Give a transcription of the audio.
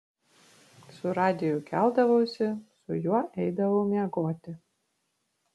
su radiju keldavausi su juo eidavau miegoti